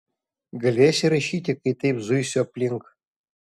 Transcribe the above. galėsi rašyti kai taip zuisiu aplink